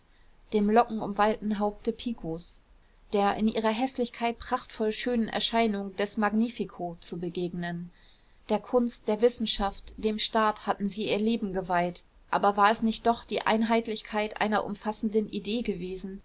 dem lockenumwallten haupte picos der in ihrer häßlichkeit prachtvoll schönen erscheinung des magnifico zu begegnen der kunst der wissenschaft dem staat hatten sie ihr leben geweiht aber war es nicht doch die einheitlichkeit einer umfassenden idee gewesen